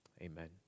amen